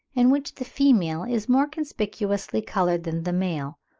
in which the female is more conspicuously coloured than the male,